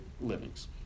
livings